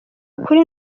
ukuri